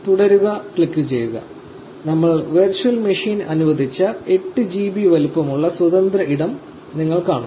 next ക്ലിക്കുചെയ്യുക നമ്മൾ virtual machine അനുവദിച്ച 8 GB വലുപ്പമുള്ള സ്വതന്ത്ര ഇടം നിങ്ങൾ കാണും